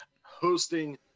hosting